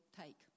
take